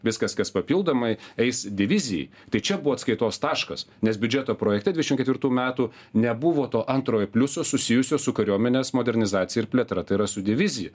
viskas kas papildomai eis divizijai tai čia buvo atskaitos taškas nes biudžeto projekte dvidešimt ketvirtų metų nebuvo to antrojo pliuso susijusio su kariuomenės modernizacija ir plėtra tai yra su divizija